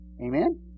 Amen